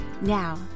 Now